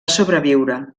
sobreviure